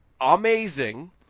amazing